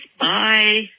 Bye